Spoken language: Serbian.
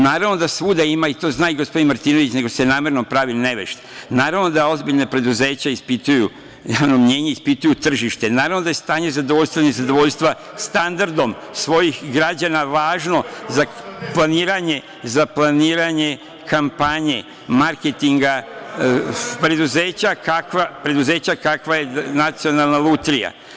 Naravno da svuda ima, i to zna i gospodin Martinović, nego se namerno pravi nevešt, naravno da ozbiljna preduzeća ispituju javno mnjenje, ispituju tržište, naravno da je stanje zadovoljstva i nezadovoljstva standardom svojih građana važno za planiranje kampanje, marketinga preduzeća kakvo je nacionalna lutrija.